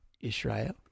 Israel